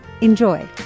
Enjoy